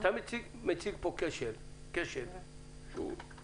אתה מציג פה כשל שהוא אמיתי.